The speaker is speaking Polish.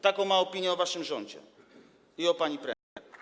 Taką ma opinię o waszym rządzie i o pani premier.